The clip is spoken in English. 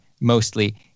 mostly